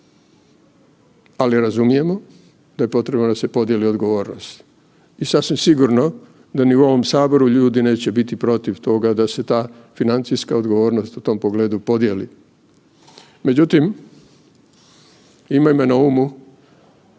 ali razumijemo da je potrebno da se podijeli odgovornost. I sasvim sigurno da ni u ovom Saboru ljudi neće biti protiv toga da se ta financijska odgovornost u tom pogledu podijeli. Međutim, imajmo na umu